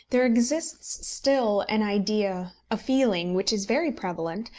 there exists still an idea, a feeling which is very prevalent,